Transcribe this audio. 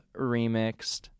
Remixed